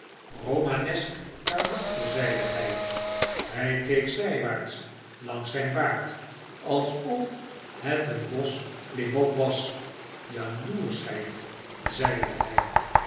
romanesk karakter zeide hij hfl keek zijwaarts langs zyn baard alsof het een bosch klimop was jaloerschheid zeide hij